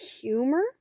humor